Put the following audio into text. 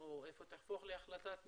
ואיפה תהפוך להחלטת ממשלה.